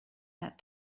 that